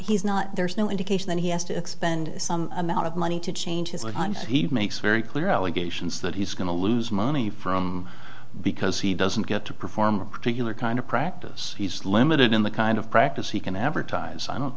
he's not there's no indication that he has to expend some amount of money to change his life and he makes very clear allegations that he's going to lose money from because he doesn't get to perform a particular kind of practice he's limited in the kind of practice he can advertise i don't